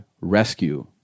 rescue